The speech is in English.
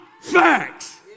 facts